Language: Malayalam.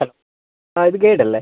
ഹലോ ആ ഇത് ഗൈഡ് അല്ലേ